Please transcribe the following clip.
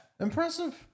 Impressive